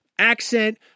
Accent